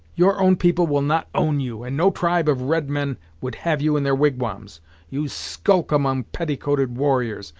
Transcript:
your own people will not own you, and no tribe of redmen would have you in their wigwams you skulk among petticoated warriors.